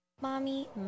Mommy